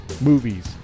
movies